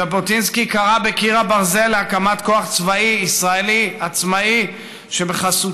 ז'בוטינסקי קרא ב"על קיר הברזל" להקמת כוח צבאי ישראלי עצמאי שבחסותו